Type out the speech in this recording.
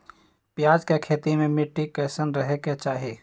प्याज के खेती मे मिट्टी कैसन रहे के चाही?